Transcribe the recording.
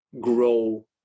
grow